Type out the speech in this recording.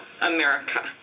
America